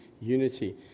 unity